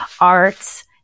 arts